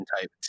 type